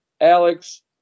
Alex